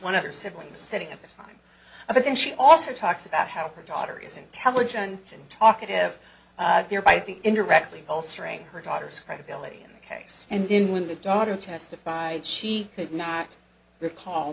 one of her siblings sitting at the time but then she also talks about how her daughter is intelligent and talkative thereby i think indirectly strained her daughter's credibility in the case and then when the daughter testified she could not recall